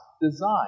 design